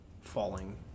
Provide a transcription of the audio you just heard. falling